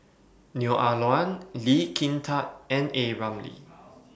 Neo Ah Luan Lee Kin Tat and A Ramli